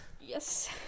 Yes